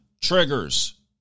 triggers